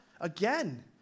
again